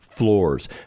Floors